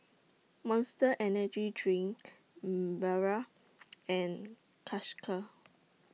Monster Energy Drink Barrel and